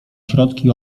środki